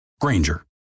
Granger